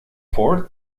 ford